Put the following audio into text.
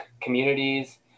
communities